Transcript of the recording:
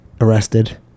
arrested